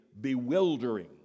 bewildering